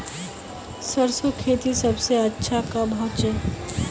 सरसों खेती सबसे अच्छा कब होचे?